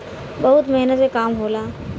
बहुत मेहनत के काम होला